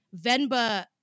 Venba